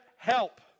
Help